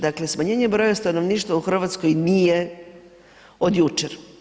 Dakle, smanjenje broja stanovništva u Hrvatskoj nije od jučer.